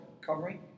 covering